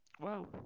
wow